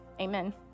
amen